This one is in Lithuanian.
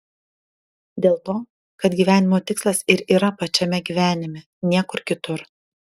dėl to kad gyvenimo tikslas ir yra pačiame gyvenime niekur kitur